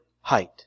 height